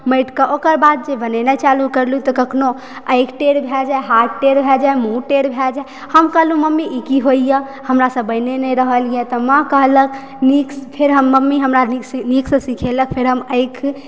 माटिके ओकर बाद जे बनेनाइ चालू केलहुॅं तऽ कखनो आँखि टेढ़ भय जाय हाथ टेढ़ भय जाय मुँह टेढ़ भय जाय हम कहलहुॅं मम्मी ई की होइया हमरा सऽ बैने नहि रहलया तऽ माँ कहलक फेर हम मम्मी हमरा नीक सऽ सिखेलक फेर हम आँखि